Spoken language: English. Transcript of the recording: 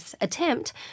attempt